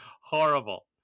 Horrible